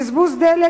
בזבוז דלק,